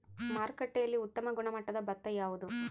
ಮಾರುಕಟ್ಟೆಯಲ್ಲಿ ಉತ್ತಮ ಗುಣಮಟ್ಟದ ಭತ್ತ ಯಾವುದು?